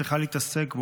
צריכה להתעסק בו,